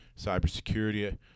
Cybersecurity